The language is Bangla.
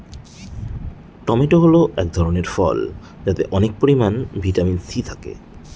টমেটো হল এক ধরনের ফল যাতে অনেক পরিমান ভিটামিন সি থাকে